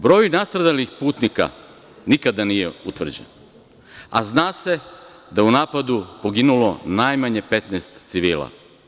Broj nastradalih putnika nikada nije utvrđen, a zna se da je u napadu poginulo najmanje 15 civila.